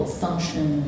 function